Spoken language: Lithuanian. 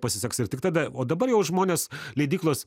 pasiseks ir tik tada o dabar jau žmonės leidyklos